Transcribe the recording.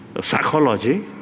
psychology